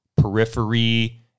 periphery